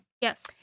Yes